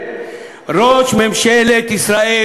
ראש ממשלת ישראל,